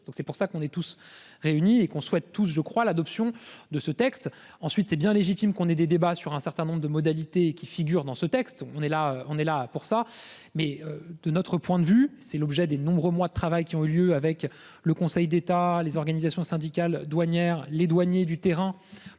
c'est pour ça qu'on est tous réuni et qu'on soit tous je crois l'adoption de ce texte, ensuite c'est bien légitime qu'on ait des débats sur un certain nombre de modalités qui figurent dans ce texte, on est là, on est là pour ça mais de notre point de vue c'est l'objet des nombreux mois de travail qui ont eu lieu avec le Conseil d'État, les organisations syndicales douanières. Les douaniers du terrain